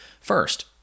First